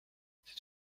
c’est